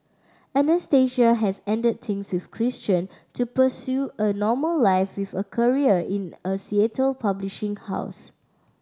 Anastasia has ended things with Christian to pursue a normal life with a career in a Seattle publishing house